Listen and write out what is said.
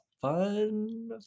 fun